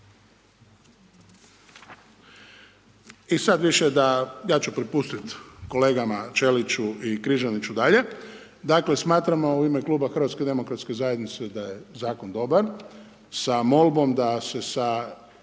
I sad više da, ja ću prepustiti kolegama Ćeliću i Križaniću dalje. Dakle smatramo u ime kluba HDZ-a da je zakon dobar sa molbom da se sa,